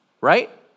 right